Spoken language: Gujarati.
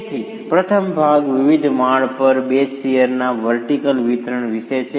તેથી પ્રથમ ભાગ વિવિધ માળ પર બેઝ શીયરના વર્ટિકલ વિતરણ વિશે છે